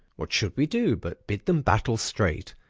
what should we do but bid them battle straight,